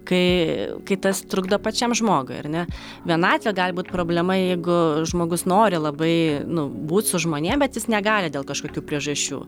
kai kai tas trukdo pačiam žmogui ar ne vienatvė gali būt problema jeigu žmogus nori labai nu būt su žmonėm bet jis negali dėl kažkokių priežasčių